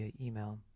email